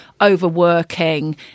overworking